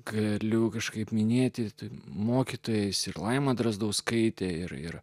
galiu kažkaip minėti mokytojais ir laima drazdauskaitė ir ir